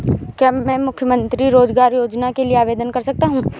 क्या मैं मुख्यमंत्री रोज़गार योजना के लिए आवेदन कर सकता हूँ?